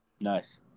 Nice